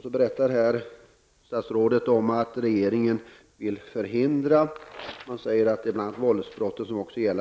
Statsrådet berättar att regeringen vill förhindra och komma till rätta med bl.a. våldsbrott. Johansson givit